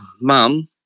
mum